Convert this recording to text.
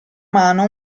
mano